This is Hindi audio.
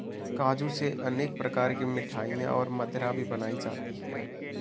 काजू से अनेक प्रकार की मिठाईयाँ और मदिरा भी बनाई जाती है